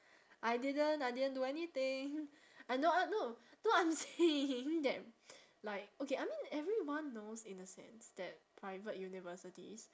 I didn't I didn't do anything I know uh no no I'm saying that like okay I mean everyone knows in a sense that private universities